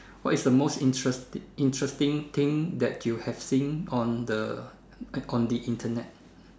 what is the most interest~ interesting thing that you have seen on the eh on the Internet